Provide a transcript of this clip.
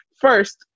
First